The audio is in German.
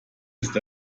ist